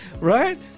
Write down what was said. Right